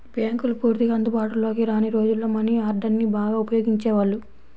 బ్యేంకులు పూర్తిగా అందుబాటులోకి రాని రోజుల్లో మనీ ఆర్డర్ని బాగా ఉపయోగించేవాళ్ళు